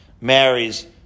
marries